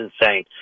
insane